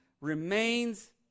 remains